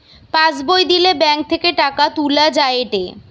pass বই দিলে bank থেকে টাকা তুলা যায়েটে